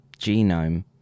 genome